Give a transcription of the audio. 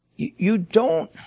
you don't